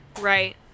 Right